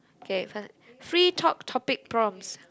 K faster free top topic froms